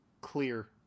clear